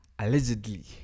Allegedly